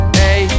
hey